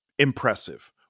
impressive